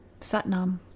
Satnam